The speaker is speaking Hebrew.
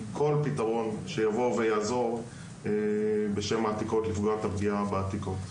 כל פתרון שיבוא ויעזור בשם העתיקות למנוע את הפגיעה בעתיקות.